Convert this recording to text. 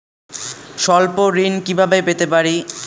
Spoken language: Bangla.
স্বল্প ঋণ কিভাবে পেতে পারি?